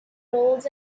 roles